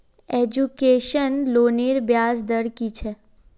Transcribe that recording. Education लोनेर ब्याज दर कि छे?